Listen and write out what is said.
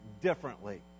differently